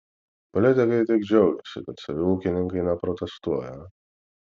politikai tik džiaugiasi kad savi ūkininkai neprotestuoja